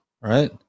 right